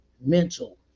mental